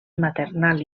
maternal